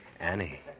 Annie